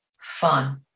fun